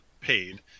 paid